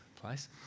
place